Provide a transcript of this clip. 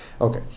Okay